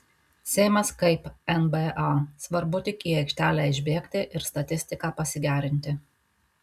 seimas kaip nba svarbu tik į aikštelę išbėgti ir statistiką pasigerinti